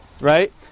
Right